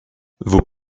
vos